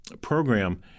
program